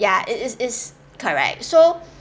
ya it's it's it's correct so